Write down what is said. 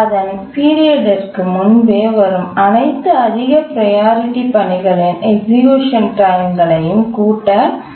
அதன் பீரியட் ற்கு முன்பே வரும் அனைத்து அதிக ப்ரையாரிட்டி பணிகளின் எக்சிக்யூஷன் டைம் களையும் கூட்ட வேண்டும்